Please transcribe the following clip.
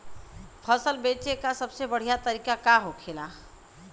फसल बेचे का सबसे बढ़ियां तरीका का होखेला?